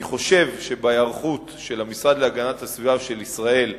אני חושב שבהיערכות של המשרד להגנת הסביבה של ישראל,